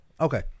Okay